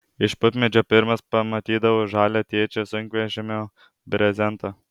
iš pupmedžio pirmas pamatydavau žalią tėčio sunkvežimio brezentą